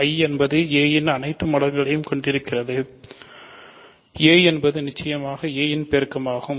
I என்பது a இன் அனைத்து மடங்குகளையும் கொண்டிருக்கிறது a என்பது நிச்சயமாக a இன் பெருக்கமாகும்